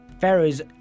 pharaohs